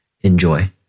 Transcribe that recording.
enjoy